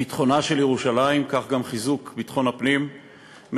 ביטחונה של ירושלים וכך גם חיזוק ביטחון הפנים מחייבים,